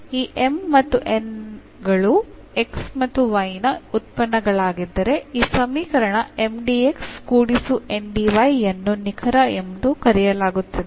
ಈ M ಮತ್ತು N ಗಳು x ಮತ್ತು y ನ ಉತ್ಪನ್ನಗಳಾಗಿದ್ದರೆ ಈ ಸಮೀಕರಣ Mdx ಕೂಡಿಸು Ndy ಯನ್ನು ನಿಖರ ಎಂದು ಕರೆಯಲಾಗುತ್ತದೆ